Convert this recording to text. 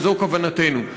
וזו כוונתנו.